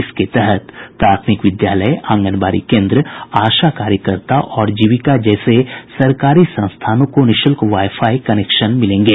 इसके तहत प्राथमिक विद्यालय आंगनबाडी केन्द्र आशा कार्यकर्ता और जीविका जैसे सरकारी संस्थानों को निःशुल्क वाईफाई कनेक्शन मिलेंगे